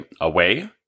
away